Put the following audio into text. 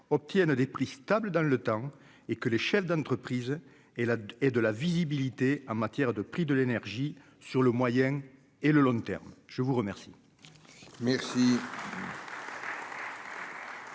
obtiennent des prix stables dans le temps et que les chefs d'entreprise et la et de la visibilité en matière de prix de l'énergie sur le moyen et le long terme, je vous remercie.